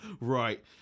right